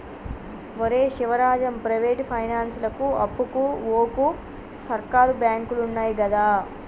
ఒరే శివరాజం, ప్రైవేటు పైనాన్సులకు అప్పుకు వోకు, సర్కారు బాంకులున్నయ్ గదా